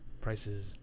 prices